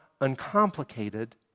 uncomplicated